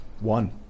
One